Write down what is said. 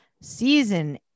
season